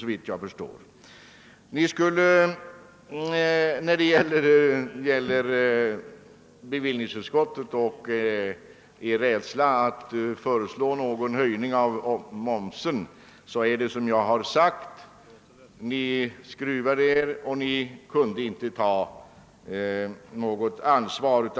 När det gäller den rädsla ni i bevillningsutskottet visade för att påkalla en höjning av momsen var det, såsom jag sagt, så att ni skruvade er och icke ville ta på er något ansvar.